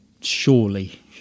surely